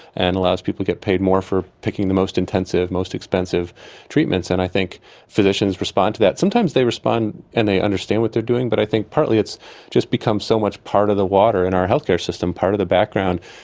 and allows people to get paid more for picking the most intensive, most expensive treatments. and i think physicians respond to that. sometimes they respond and they understand what they're doing, but i think partly it's just become so much part of the water in our healthcare system, part of the background.